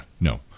no